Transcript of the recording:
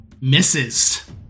Misses